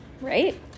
Right